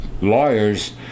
lawyers